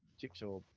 jigsaw